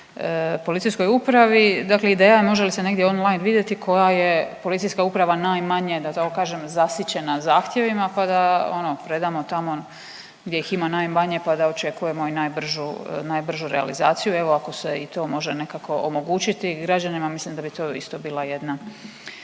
policijskoj upravi, dakle ideja može li se negdje on line vidjeti koja je policijska uprava najmanje da tako kažem zasićena zahtjevima pa da ono predamo tome gdje ih ima najmanje pa da očekujemo i najbržu realizaciju. Evo ako se i to može nekako omogućiti građanima mislim da bi to isto bila jedna